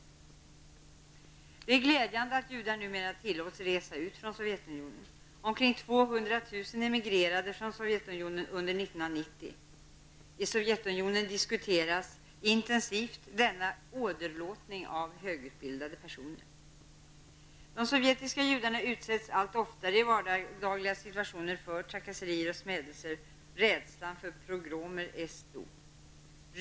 Det är glädjande att judar numera tillåts resa ut från Sovjetunionen. Omkring 200 000 emigrerade från Sovjetunionen under 1990. I Sovjetunionen diskuteras intensivt denna åderlåtning av högutbildade personer. De sovjetiska judarna utsätts allt oftare i vardagliga situationer för trakasserier och smädelser. Rädslan för pogromer är stor.